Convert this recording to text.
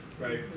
right